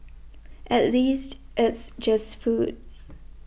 at least it's just food